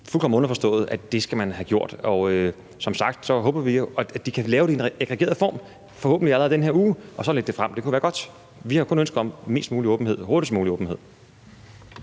fuldstændig underforstået, at det skal man have gjort. Og som sagt håber vi jo, at de kan lave det i en aggregeret form forhåbentlig allerede den her uge og så lægge det frem. Det kunne være godt. Vi har kun ønske om mest mulig åbenhed og så hurtigt som muligt.